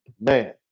man